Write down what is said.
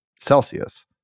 Celsius